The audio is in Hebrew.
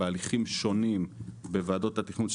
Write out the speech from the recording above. שנמצאות בהליכים שונים בוועדות התכנון.